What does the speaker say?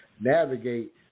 navigate